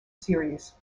series